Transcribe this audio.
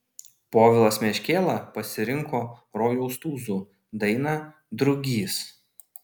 povilas meškėla pasirinko rojaus tūzų dainą drugys